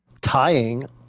tying